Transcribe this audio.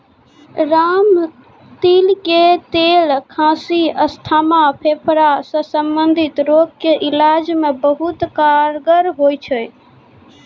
रामतिल के तेल खांसी, अस्थमा, फेफड़ा सॅ संबंधित रोग के इलाज मॅ बहुत कारगर होय छै